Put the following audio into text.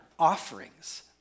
offerings